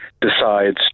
decides